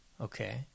okay